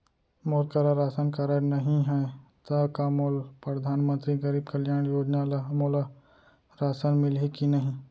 मोर करा ration card नहीं है त का मोल परधानमंतरी गरीब कल्याण योजना ल मोला राशन मिलही कि नहीं?